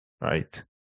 Right